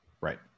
Right